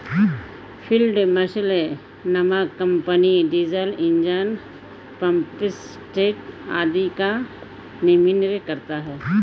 field marshal नामक company diesel engine, pump set आदि का निर्माण करता है